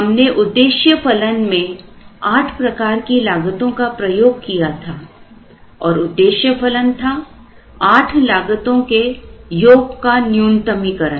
हमने उद्देश्य फलन में आठ प्रकार की लागतों का प्रयोग किया था और उद्देश्य फलन था आठ लागतों के योग का न्यूनतमीकरण